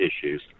issues